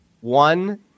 one